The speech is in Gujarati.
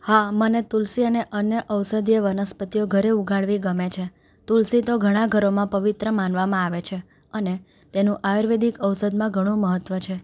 હા મને તુલસી અને અન્ય ઔષધિય વનસ્પતિઓ ઘરે ઉગાડવી ગમે છે તુલસી તો ઘણાં ઘરોમાં પવિત્ર માનવામાં આવે છે અને તેનું આયુર્વેદિક ઔષધમાં ઘણું મહત્ત્વ છે